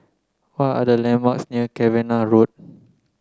what are the landmarks near Cavenagh Road